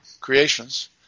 creations